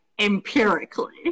empirically